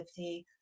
50